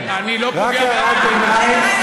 אני לא פוגע, רק הערות ביניים.